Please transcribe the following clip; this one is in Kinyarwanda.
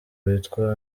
witwa